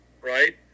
right